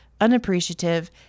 unappreciative